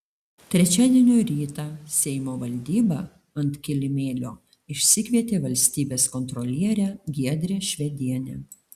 trečiadienio rytą seimo valdyba ant kilimėlio išsikvietė valstybės kontrolierę giedrę švedienę